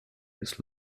his